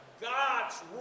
God's